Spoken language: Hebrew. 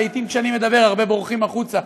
לעתים כשאני מדבר הרבה בורחים החוצה,